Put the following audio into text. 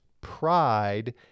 pride